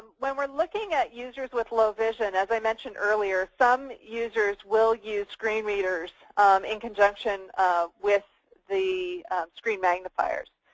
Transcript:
when we are looking at users with low vision as i mentioned earlier some users will use screen readers and conjunction um with the screen magnifiers.